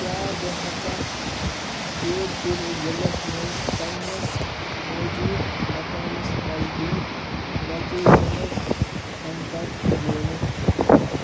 کیٛاہ بہٕ ہٮ۪کا جودھ پوٗر ضِلس منٛز پنٛنِس موٗجوٗد مقامس نزدیٖک وکیشَنٕز سٮ۪نٛٹَر زٲنِتھ